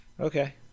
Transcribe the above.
Okay